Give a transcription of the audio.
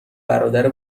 برادر